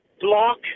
block